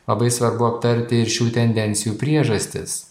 labai svarbu aptarti ir šių tendencijų priežastis